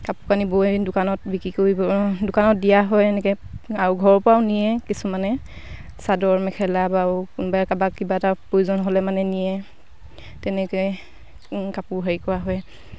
কাপোৰ কানি বৈ দোকানত বিক্ৰী কৰিব দোকানত দিয়া হয় এনেকৈ আৰু ঘৰৰপৰাও নিয়ে কিছুমানে চাদৰ মেখেলা বাৰু কোনোবাই কাৰোবাক কিবা এটা প্ৰয়োজন হ'লে মানে নিয়ে তেনেকৈ কাপোৰ হেৰি কৰা হয়